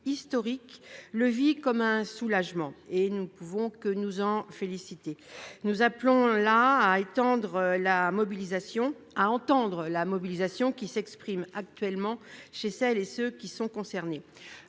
historique, le vit comme un soulagement, et nous ne pouvons que nous en féliciter. Nous appelons à entendre la mobilisation qui s'exprime actuellement chez celles et ceux qui sont concernés.